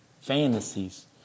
fantasies